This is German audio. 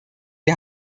wir